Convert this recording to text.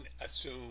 assume